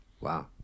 wow